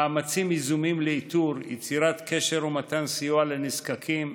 מאמצים יזומים לאיתור יצירת קשר ומתן סיוע לנזקקים,